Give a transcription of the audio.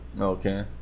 Okay